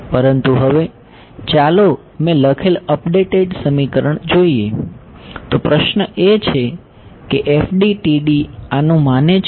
પરંતુ હવે ચાલો મેં લખેલ અપડેટ સમીકરણ જોઈએ તો પ્રશ્ન એ છે કે FDTD આનો માને છે